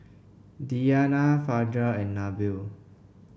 Diyana Fajar and Nabil